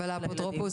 אבל האפוטרופוס?